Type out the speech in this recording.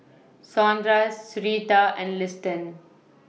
Saundra Syreeta and Liston